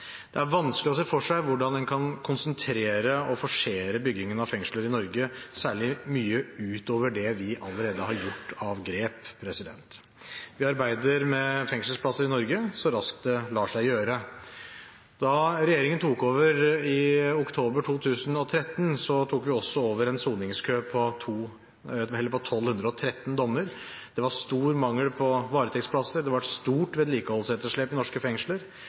Det er vanskelig å se for seg hvordan en kan konsentrere og forsere byggingen av fengsler i Norge særlig mye utover det vi allerede har gjort. Vi arbeider med fengselsplasser i Norge så raskt det lar seg gjøre. Da regjeringen tok over i oktober 2013, tok vi også over en soningskø på 1 213 dommer. Det var stor mangel på varetektsplasser, og det har vært et stort vedlikeholdsetterslep i norske fengsler.